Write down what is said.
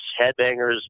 headbangers